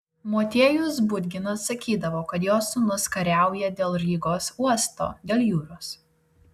motiejus budginas sakydavo kad jo sūnus kariauja dėl rygos uosto dėl jūros